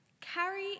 Carry